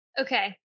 Okay